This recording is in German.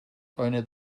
eine